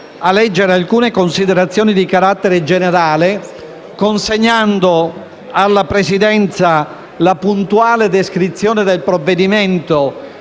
a leggere alcune considerazioni di carattere generale, consegnando alla Presidenza la puntuale descrizione del provvedimento,